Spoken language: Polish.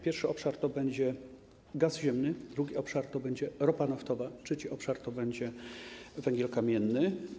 Pierwszy obszar to będzie gaz ziemny, drugi obszar to będzie ropa naftowa, a trzeci obszar to będzie węgiel kamienny.